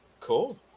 Cool